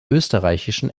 österreichischen